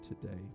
today